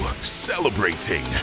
Celebrating